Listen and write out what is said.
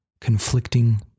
conflicting